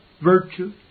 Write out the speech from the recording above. virtue